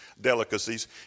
delicacies